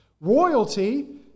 Royalty